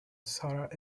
sarah